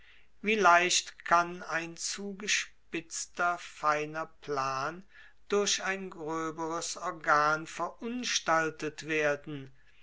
wie leicht kann ein zugespitzter feiner plan durch ein gröberes organ verunstaltet werden